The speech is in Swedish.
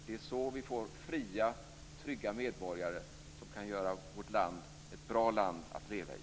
Det är så vi får fria, trygga medborgare som kan göra vårt land till ett bra land att leva i.